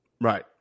right